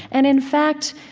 and in fact,